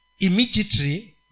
immediately